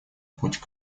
путь